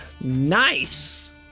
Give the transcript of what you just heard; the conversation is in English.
nice